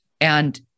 And-